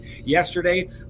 yesterday